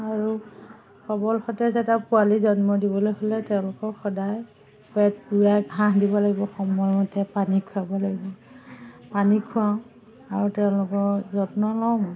আৰু সবল সতেজ এটা পোৱালি জন্ম দিবলৈ হ'লে তেওঁলোকক সদায় পেট পূৰাই ঘাঁহ দিব লাগিব সময়মতে পানী খুৱাব লাগিব পানী খুৱাওঁ আৰু তেওঁলোকৰ যত্ন লওঁ